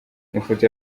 amafoto